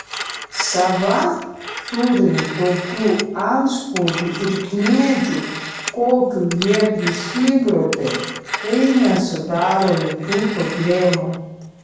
sava turint tokių antspaudų ir kniedžių kokių jie prisigrobė tai nesudaro jokių problemų